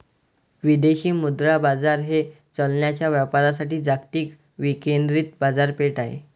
विदेशी मुद्रा बाजार हे चलनांच्या व्यापारासाठी जागतिक विकेंद्रित बाजारपेठ आहे